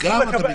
גם שם.